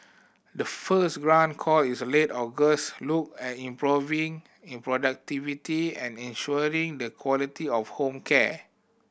the first grant call is a late August looked at improving in productivity and ensuring the quality of home care